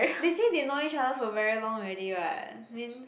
they say they know each other for very long already [what] means